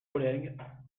collègues